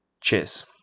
Cheers